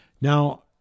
Now